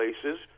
places